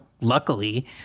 luckily